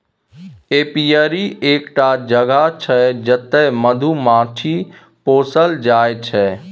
apiary एकटा जगह छै जतय मधुमाछी पोसल जाइ छै